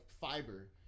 fiber